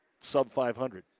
sub-500